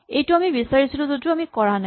এইটো আমি বিচাৰিছিলো যদিও আমি কৰা নাই